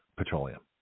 petroleum